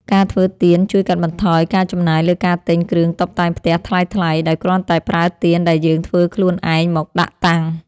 ការធ្វើទៀនជួយកាត់បន្ថយការចំណាយលើការទិញគ្រឿងតុបតែងផ្ទះថ្លៃៗ ដោយគ្រាន់តែប្រើទៀនដែលយើងធ្វើខ្លួនឯងមកដាក់តាំង។